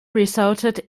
resulted